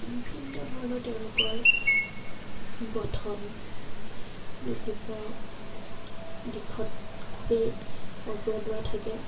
বিভিন্ন ধৰণৰ তেওঁলোকৰ গঠন বিভিন্ন দিশত খুবেই অগ্ৰণুৱা থাকে